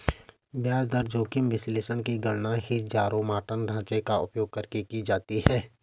ब्याज दर जोखिम विश्लेषण की गणना हीथजारोमॉर्टन ढांचे का उपयोग करके की जाती है